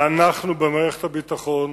ואנחנו, במערכת הביטחון,